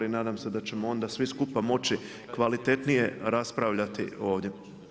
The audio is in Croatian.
I nadam se da ćemo onda svi skupa moći kvalitetnije raspravljati ovdje.